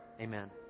Amen